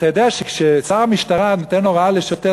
אתה יודע שכששר המשטרה נותן הערה לשוטר,